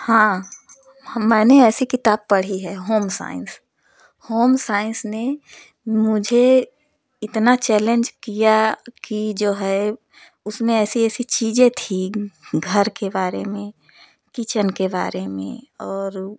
हाँ मैंने ऐसी किताब पढ़ी है होमसाइंस होमसाइंस ने मुझे इतना चैलेंज किया कि जो है उसमें ऐसी ऐसी चीज़ें थी घर के बारे में किचेन के बारे में और